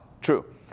True